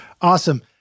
Awesome